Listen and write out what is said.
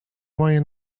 moje